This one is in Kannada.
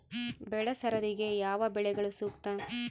ಬೆಳೆ ಸರದಿಗೆ ಯಾವ ಬೆಳೆಗಳು ಸೂಕ್ತ?